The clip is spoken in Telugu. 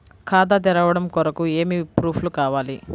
ఖాతా తెరవడం కొరకు ఏమి ప్రూఫ్లు కావాలి?